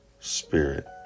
Spirit